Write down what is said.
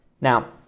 Now